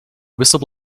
whistle